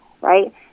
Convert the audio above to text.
Right